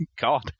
God